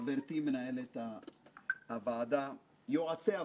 חברתי מנהלת הוועדה, יועצי הוועדה,